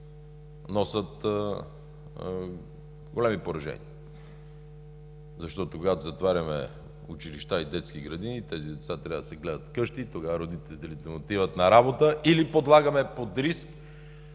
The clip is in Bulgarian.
носят големи поражения, защото, когато затваряме училища и детски градини, тези деца трябва да се гледат вкъщи, тогава родителите им не отиват на работа, или подлагаме под риск.